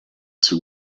two